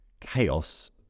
chaos